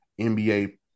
NBA